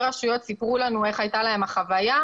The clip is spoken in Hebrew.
רשויות סיפרו לנו איך הייתה להם החוויה.